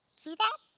see that?